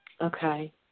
Okay